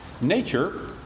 nature